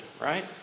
right